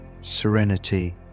serenity